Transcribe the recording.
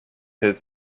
his